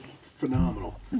phenomenal